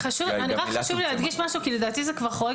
חשוב לי להדגיש משהו כי לדעתי זה כבר חורג